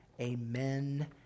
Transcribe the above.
amen